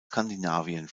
skandinavien